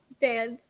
dance